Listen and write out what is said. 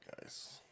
guys